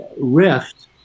rift